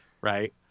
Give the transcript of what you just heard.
Right